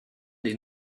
des